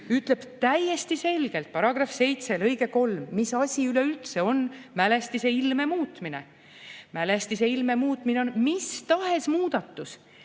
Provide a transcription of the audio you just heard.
ütleb täiesti selgelt, § 7 lõige 3, mis asi üleüldse on mälestise ilme muutmine. Mälestise ilme muutmine on mis tahes muudatus,